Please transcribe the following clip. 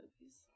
movies